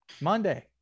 Monday